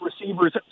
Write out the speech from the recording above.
receivers